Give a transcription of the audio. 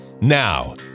Now